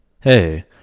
Hey